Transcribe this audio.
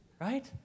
Right